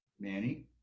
Manny